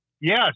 Yes